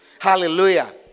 Hallelujah